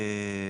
כאילו,